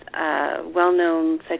well-known